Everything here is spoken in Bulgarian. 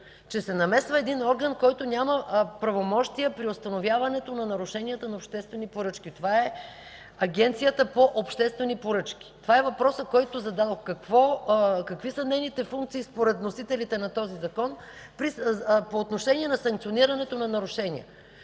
че се намесва един орган, който няма правомощия при установяването на нарушенията на обществени поръчки. Това е Агенцията по обществени поръчки. Това е въпросът, който зададох – какви са нейните функции, според вносителите на този закон по отношение на санкционирането на нарушения.